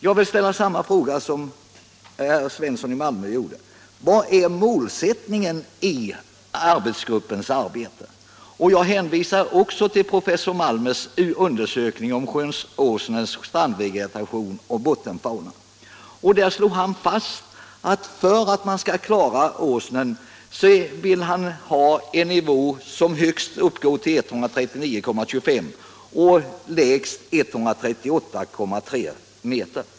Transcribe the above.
Jag vill ställa samma fråga som herr Svensson i Malmö: Vilken är målsättningen för arbetsgruppens arbete? Jag hänvisar också till professor Malmers undersökning om .sjön Åsnens strandvegetation och bottenfauna. Han slog fast att för att man skall klara Åsnen måste man ha en vattennivå som högst uppgår till 139,25 m och lägst 138,3 m.